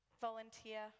volunteer